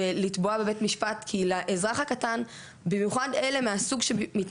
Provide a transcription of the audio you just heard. אז אחת מעבודות העומק שעשינו הייתה גם לבחון את החסמים בכלל הפרויקטים,